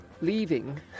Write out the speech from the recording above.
leaving